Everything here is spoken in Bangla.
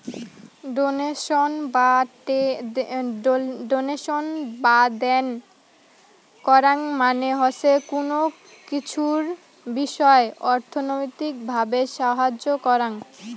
ডোনেশন বা দেন করাং মানে হসে কুনো কিছুর বিষয় অর্থনৈতিক ভাবে সাহায্য করাং